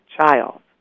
child